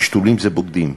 כי שתולים זה בוגדים,